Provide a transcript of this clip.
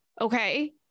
Okay